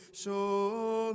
show